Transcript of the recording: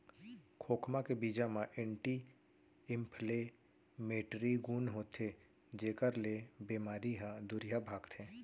खोखमा के बीजा म एंटी इंफ्लेमेटरी गुन होथे जेकर ले बेमारी ह दुरिहा भागथे